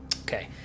Okay